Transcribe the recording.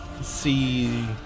see